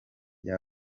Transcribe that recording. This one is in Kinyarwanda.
rya